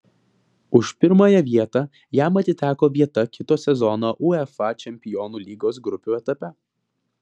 už pirmąją vietą jam atiteko vieta kito sezono uefa čempionų lygos grupių etape